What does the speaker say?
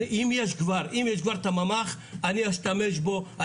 אם יש כבר את הממ"ח אני אשתמש בו,